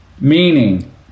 meaning